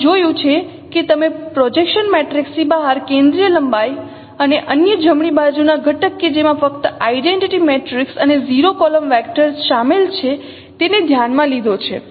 આપણે જોયું છે કે તમે પ્રોજેક્શન મેટ્રિક્સ ની બહાર કેન્દ્રીય લંબાઈ અને અન્ય જમણી બાજુના ઘટક કે જેમાં ફક્ત આઇડેન્ટિટી મેટ્રિક્સ અને 0કોલમ વેક્ટર શામેલ છે તેને ધ્યાનમાં લીધો છે